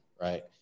right